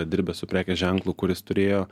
dirbęs su prekės ženklu kuris turėjo